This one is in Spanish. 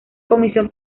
comisión